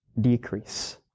decrease